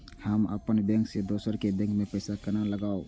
हम अपन बैंक से दोसर के बैंक में पैसा केना लगाव?